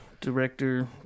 director